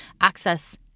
access